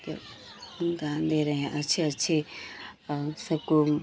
क्या ज्ञान दे रहे हैं अच्छे अच्छे सबको